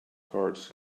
cards